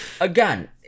again